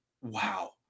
Wow